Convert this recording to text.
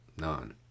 None